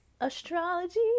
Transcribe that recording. astrology